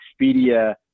Expedia